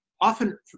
often